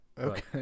Okay